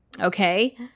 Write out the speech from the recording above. Okay